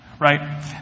Right